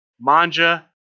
Manja